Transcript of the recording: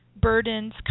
burdens